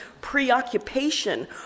preoccupation